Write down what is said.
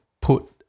put